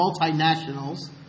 multinationals